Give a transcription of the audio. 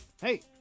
hey